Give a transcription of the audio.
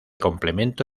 complemento